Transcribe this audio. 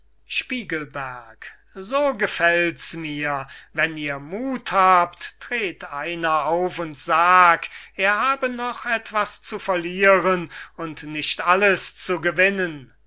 spiegelberg so gefällt mir's wenn ihr muth habt tret einer auf und sag er habe noch etwas zu verlieren und nicht alles zu gewinnen